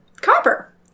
Copper